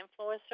influencer